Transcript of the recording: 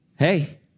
Hey